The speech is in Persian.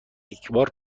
یکبار